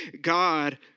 God